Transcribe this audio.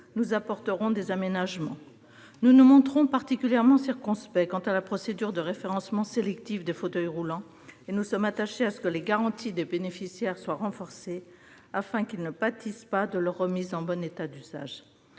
nous apporterons des aménagements. Nous nous montrons particulièrement circonspects quant à la procédure de référencement sélectif des fauteuils roulants ; nous sommes attachés à ce que les garanties des bénéficiaires soient renforcées afin qu'ils ne pâtissent pas de leur remise en bon état d'usage.